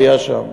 היה שם.